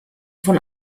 von